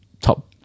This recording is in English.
top